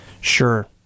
Sure